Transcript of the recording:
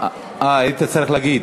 היית צריך להגיד.